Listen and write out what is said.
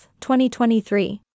2023